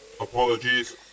Apologies